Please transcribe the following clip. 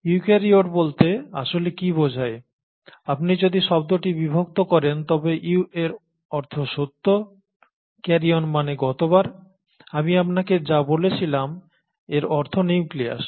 eukaryote বলতে আসলে কী বোঝায় আপনি যদি শব্দটি বিভক্ত করেন তবে ইউ এর অর্থ সত্য ক্যারিওন মানে গতবার আমি আপনাকে যা বলেছিলাম এর অর্থ নিউক্লিয়াস